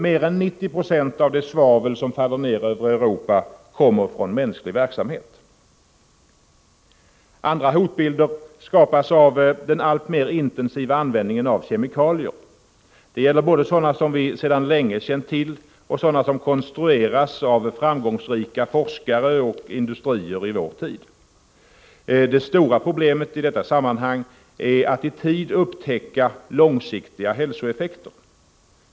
Mer än 90 96 av det svavel som faller ned över Europa kommer från mänsklig verksamhet. Andra hotbilder skapas av den alltmer intensiva användningen av kemikalier. Det gäller både sådana som vi sedan länge känt till och sådana som konstrueras av framgångsrika forskare och industrier i vår tid. Det stora problemet i detta sammanhang är att i tid upptäcka långsiktiga hälsoeffekter.